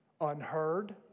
unheard